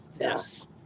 Yes